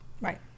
right